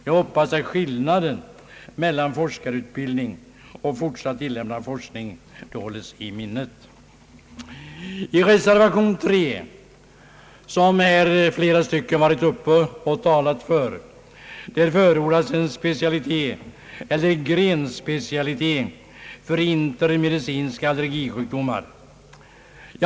Jag hoppas att skillnaden mellan forskaruibildning och fortsatt tillämpad forskning då hålls i minnet. I reservation 3, som flera ledamöter redan talat för, förordas en grenspecialitet för internmedicinska allergisjukdomar.